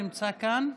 הוא נמצא כאן?